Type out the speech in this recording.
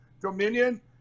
Dominion